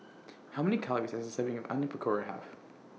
How Many Calories Does A Serving of Onion Pakora Have